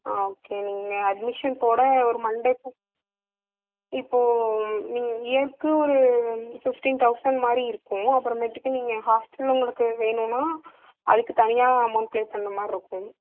ஆ okay நீங்கள் admission போட ஒரு மண்டே கூப் இப்போது நீங்கள் இயருக்கு ஒரு பிஃப்டின் தௌசண்ட் மாதிரி இருக்கும் அப்புறமேட்டுக்கு நீங்கள் ஹாஸ்ட்டல் உங்களுக்கு வேணுமென்னா அதுக்கு தனியாக அமவுண்ட் பே பண்ணுற மாரி இருக்கும்